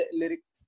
lyrics